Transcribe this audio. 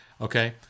Okay